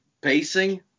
pacing